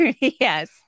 Yes